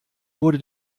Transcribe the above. wurde